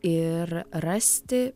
ir rasti